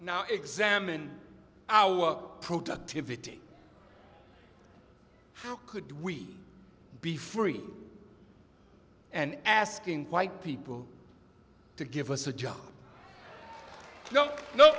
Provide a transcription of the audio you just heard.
now examine our productivity how could we be free and asking white people to give us a job no